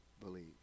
believe